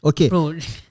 Okay